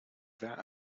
that